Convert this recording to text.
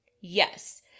Yes